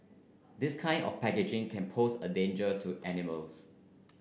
this kind of packaging can pose a danger to animals